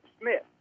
Smith